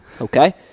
Okay